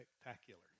spectacular